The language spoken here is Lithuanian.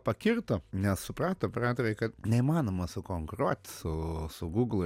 pakirto nes suprato operatoriai kad neįmanoma sukonkuruot su su gūglu